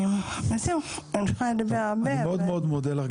אני מאוד מודה לך גברתי.